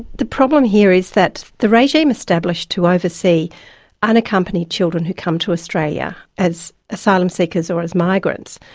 the problem here is that the regime established to oversee unaccompanied children who come to australia as asylum seekers or as migrants,